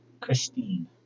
Christine